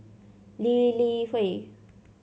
Lee Li Hui